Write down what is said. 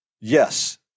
Yes